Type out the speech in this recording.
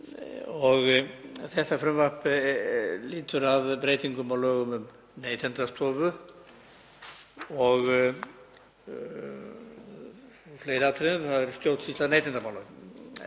Þetta frumvarp lýtur að breytingum á lögum um Neytendastofu og fleiri atriðum í stjórnsýslu neytendamála.